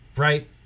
Right